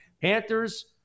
Panthers